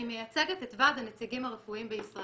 אני מייצגת את ועד הנציגים הרפואיים בישראל.